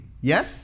Yes